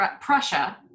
Prussia